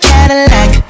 Cadillac